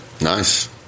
Nice